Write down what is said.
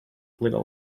little